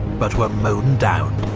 but were mown down.